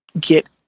get